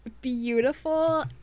beautiful